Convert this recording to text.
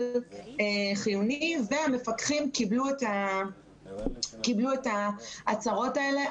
חיוני והמפקחים קיבלו את ההצהרות האלה.